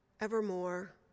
evermore